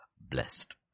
blessed